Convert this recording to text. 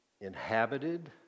inhabited